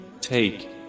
take